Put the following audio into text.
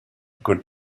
good